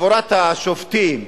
חבורת השופטים,